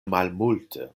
malmulte